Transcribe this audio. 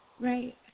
Right